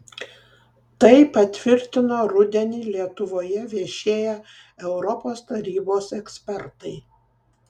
tai patvirtino rudenį lietuvoje viešėję europos tarybos ekspertai